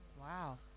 Wow